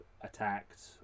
attacked